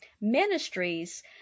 ministries